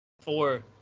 Four